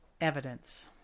Evidence